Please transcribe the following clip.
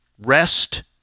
rest